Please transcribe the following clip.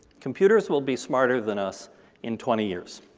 computers will be smarter than us in twenty years.